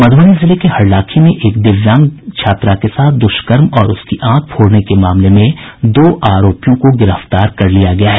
मधुबनी जिले के हरलाखी में एक दिव्यांग छात्रा से दुष्कर्म और उसकी आंख फोड़ने के मामले में दो आरोपियों को गिरफ्तार कर लिया गया है